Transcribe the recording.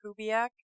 Kubiak